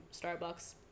Starbucks